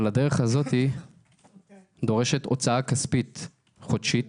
אבל הדרך הזו דורשת הוצאה כספית חודשית,